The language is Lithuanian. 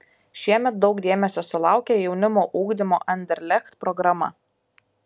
šiemet daug dėmesio sulaukė jaunimo ugdymo anderlecht programa